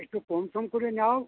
একটু কমসম করে নাও